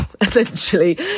essentially